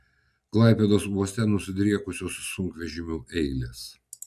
klaipėdos uoste nusidriekusios sunkvežimių eilės